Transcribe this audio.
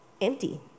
empty